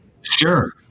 Sure